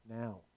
now